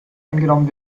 eingenommen